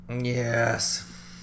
Yes